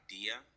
idea